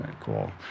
cool